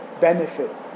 benefit